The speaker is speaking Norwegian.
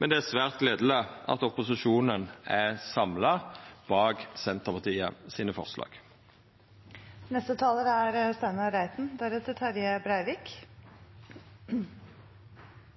men det er svært gledeleg at opposisjonen står samla bak forslaga frå Senterpartiet. Det er